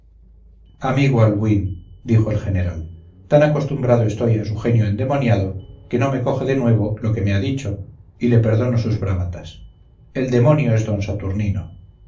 amigo albuín dijo el general tan acostumbrado estoy a su genio endemoniado que no me coge de nuevo lo que me ha dicho y le perdono sus bravatas el demonio es don saturnino